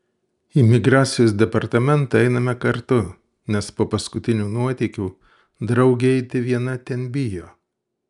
į migracijos departamentą einame kartu nes po paskutinių nuotykių draugė eiti viena ten bijo